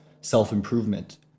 self-improvement